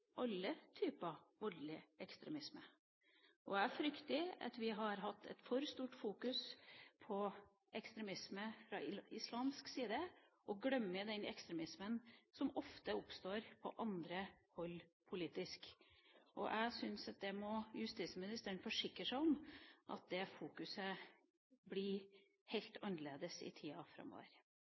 alle typer voldelig ekstremisme. Jeg frykter at vi har hatt et for stort fokus på ekstremisme fra islamsk side, og at vi glemmer den ekstremismen som ofte oppstår på andre politiske hold. Jeg syns justisministeren må forsikre seg om at dette fokuset blir helt annerledes i tida framover.